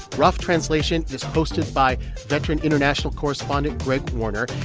rough translation it is hosted by veteran international correspondent greg warner.